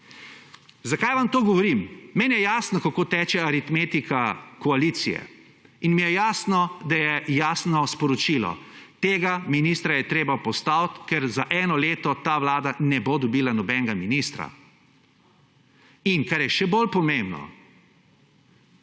Zakaj vam to govorim? Meni je jasno, kako teče aritmetika koalicije in mi je jasno, da je jasno sporočilo. Tega ministra je treba postaviti, ker za eno leto ta vlada ne bo dobila nobenega ministra. In kar je še bolj pomembno: